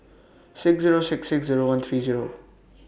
six Zero six six Zero one three Zero